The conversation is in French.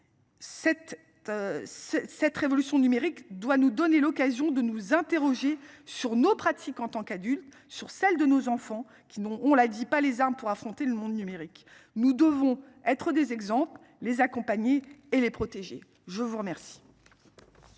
cette révolution numérique doit nous donner l'occasion de nous interroger sur nos pratiques en tant qu'adulte sur celle de nos enfants qui non on l'a dit, pas les armes pour affronter le monde numérique. Nous devons être des exemples, les accompagner et les protéger. Je vous remercie.